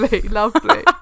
Lovely